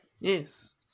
Yes